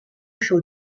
show